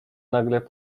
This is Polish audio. nagle